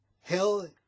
Hell